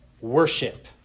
worship